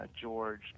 George